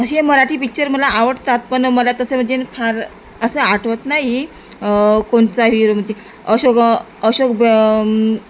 असे मराठी पिच्चर मला आवडतात पण मला तसं म्हणजे फार असं आठवत नाही कोणचा हीर म्हणजे अशोक अशोक